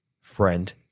friend